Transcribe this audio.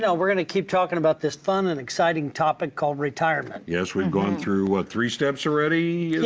yeah we're gonna keep talking about this fun and exciting topic called retirement. yes. we've gone through, what? three steps already, is